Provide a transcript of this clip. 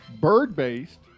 Bird-based